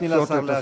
תני לשר להשיב.